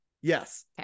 Yes